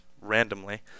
randomly